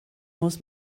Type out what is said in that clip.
muss